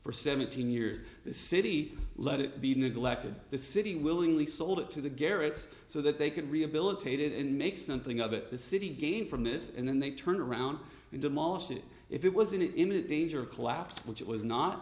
for seventeen years the city let it be neglected the city willingly sold it to the garrets so that they can rehabilitated and make something of it the city gain from this and then they turn around and demolish it if it was in imminent danger of collapse which it was not